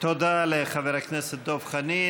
תודה לחבר הכנסת דב חנין.